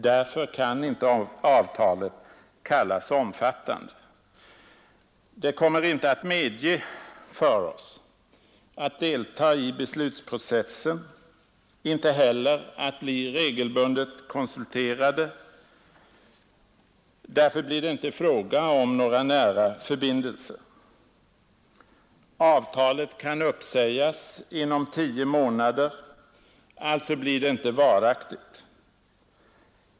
Därför kan inte avtalet kallas omfattande. Det kommer inte att medge för oss att påverka beslutsprocessen, inte heller att bli regelbundet konsulterade — därför blir det inte fråga om några nära förbindelser. Avtalet kan uppsägas inom tolv månader — alltså blir det inte varaktigt.